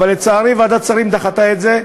אבל לצערי ועדת שרים דחתה את זה.